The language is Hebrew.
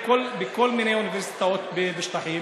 כל מיני אוניברסיטאות בשטחים,